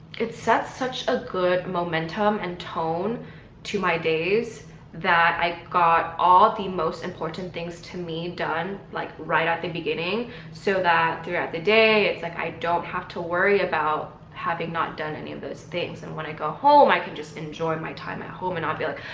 it sets such a good momentum and tone to my days that i got all the most important things to me done like right at the beginning so that throughout the day. it's like i don't have to worry about having not done any of those things and when i go home i can just enjoy my time at home and not be like.